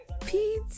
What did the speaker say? Pete